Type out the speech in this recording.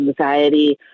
anxiety